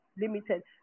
limited